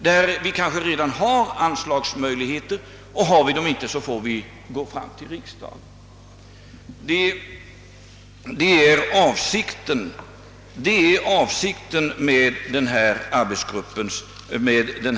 Kanske har vi redan anslagsmöjligheter, och har vi dem inte får vi gå fram till riksdagen. Det är avsikten med denna arbetsgrupps verksamhet.